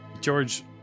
George